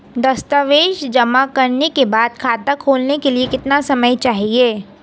दस्तावेज़ जमा करने के बाद खाता खोलने के लिए कितना समय चाहिए?